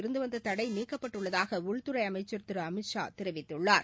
இருந்து வந்த தடை நீக்கப்பட்டுள்ளதாக உள்துறை அமைச்சர் திரு அமித்ஷா தெரிவித்துள்ளார்